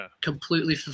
completely